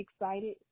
excited